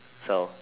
so